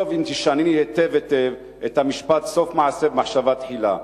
טוב אם תשנני היטב היטב את המשפט: סוף מעשה במחשבה תחילה.